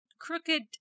Crooked